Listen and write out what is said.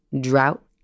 drought